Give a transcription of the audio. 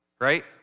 right